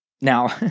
Now